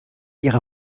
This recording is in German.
ihrer